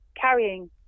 carrying